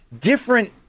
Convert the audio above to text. different